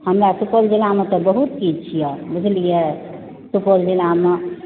हमर सुपौल जिलामे तऽ बहुत किछु छियै बुझलिए सुपौल जिलामे